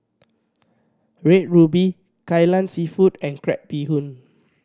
Red Ruby Kai Lan Seafood and crab bee hoon